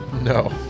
No